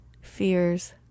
fear's